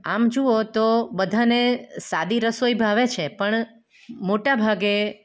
આમ જુઓ તો બધાને સાદી રસોઈ ભાવે છે પણ મોટાભાગે